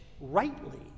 rightly